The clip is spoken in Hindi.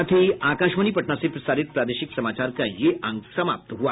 इसके साथ ही आकाशवाणी पटना से प्रसारित प्रादेशिक समाचार का ये अंक समाप्त हुआ